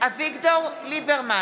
אביגדור ליברמן,